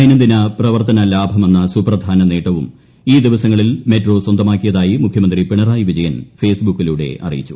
ദൈനംദിന പ്രവർത്ത്നലാ്ടമെന്ന സുപ്രധാന നേട്ടവും ഈ ദിവസങ്ങളിൽ മെട്രോ സ്വന്തമാക്കിയതായി മുഖ്യമന്ത്രി പിണറായി വിജ യൻ ഫേസ്ബുക്കിലൂടെ അറ്യിച്ചു